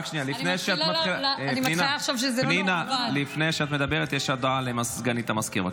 פנינה, לפני שאת מדברת, יש הודעה לסגנית המזכיר.